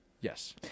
Yes